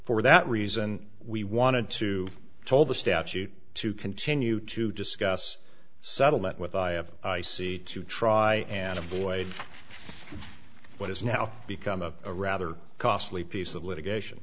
for that reason we wanted to toll the statute to continue to discuss settlement with i have i c to try and avoid what has now become a rather costly piece of litigation